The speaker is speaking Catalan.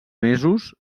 mesos